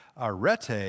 arete